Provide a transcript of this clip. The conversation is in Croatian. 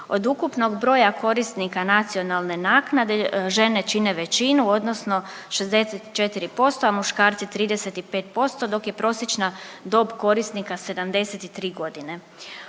Od ukupnog broja korisnika nacionalne naknade, žene čine većinu, odnosno 64%, a muškarci 35%, dok je prosječna dob korisnika 73 godine.